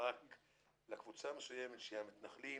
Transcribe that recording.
(תכנית למגורים בתחום שכונת מגורים קיימת בגן לאומי),